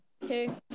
two